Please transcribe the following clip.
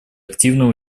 активное